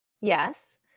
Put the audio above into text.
Yes